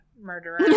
murderer